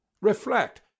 reflect